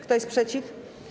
Kto jest przeciw?